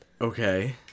okay